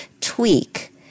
tweak